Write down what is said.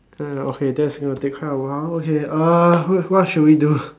uh okay that's gonna take quite a while okay uh what what should we do